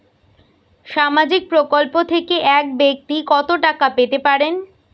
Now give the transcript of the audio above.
সামাজিক প্রকল্প থেকে এক ব্যাক্তি কত টাকা পেতে পারেন?